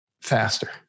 faster